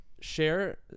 Share